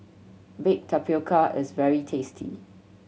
baked tapioca is very tasty